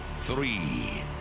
three